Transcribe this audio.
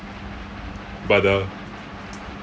but the